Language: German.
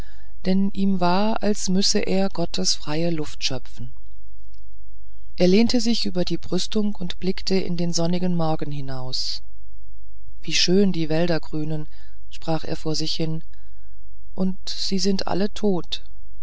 denn ihm war als müsse er gottes freie luft schöpfen er lehnte sich über die brüstung und blickte in den sonnigen morgen hinaus wie schön die wälder grünen sprach er vor sich hin und sie sind alle tot